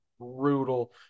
brutal